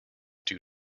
due